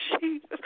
Jesus